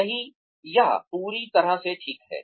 यह पूरी तरह से ठीक है